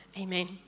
amen